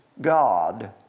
God